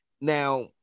now